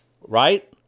right